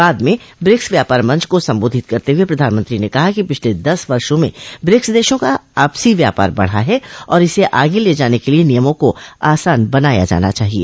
बाद में ब्रिक्स व्यापार मंच को सम्बोधित करते हुए प्रधानमंत्री ने कहा कि पिछले दस वर्षों में ब्रिक्स देशों का आपसी व्यापार बढ़ा है और इसे आगे ले जाने के लिए नियमों को आसान बनाया जाना चाहिए